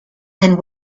and